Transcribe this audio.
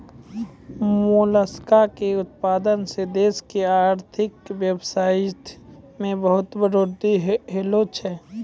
मोलसका के उतपादन सें देश के आरथिक बेवसथा में बहुत्ते बढ़ोतरी ऐलोॅ छै